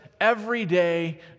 everyday